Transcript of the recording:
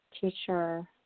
teacher